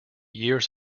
years